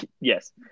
Yes